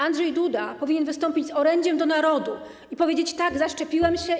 Andrzej Duda powinien wystąpić z orędziem do narodu i powiedzieć: tak, zaszczepiłem się.